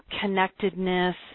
connectedness